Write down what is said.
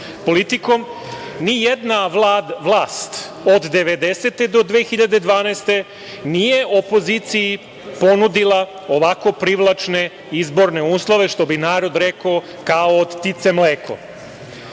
politikom, nijedna vlast od 1990. do 2012. godine nije opoziciji ponudila ovako privlačne izborne uslove, što bi narod rekao – kao od ptice mleko.